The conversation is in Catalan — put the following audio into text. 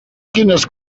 quines